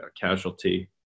casualty